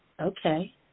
Okay